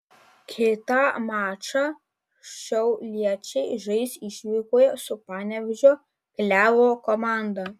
kitą mačą šiauliečiai žais išvykoje su panevėžio klevo komanda